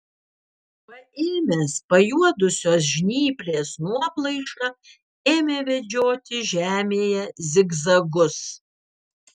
paėmęs pajuodusios žnyplės nuoplaišą ėmė vedžioti žemėje zigzagus